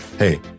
Hey